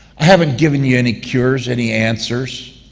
i haven't given you any cures, any answers.